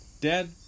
Dad